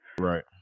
Right